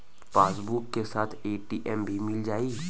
Passbook के साथ ATM भी मील जाई?